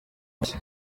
mashya